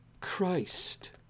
Christ